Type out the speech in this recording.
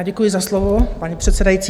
Děkuji za slovo, paní předsedající.